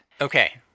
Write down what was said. Okay